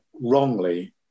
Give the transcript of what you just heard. wrongly